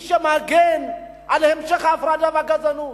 מי שמגן על המשך ההפרדה והגזענות,